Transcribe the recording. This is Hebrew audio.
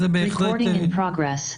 זה בהחלט סביר.